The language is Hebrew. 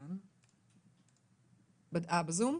בזום.